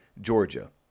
Georgia